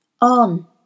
On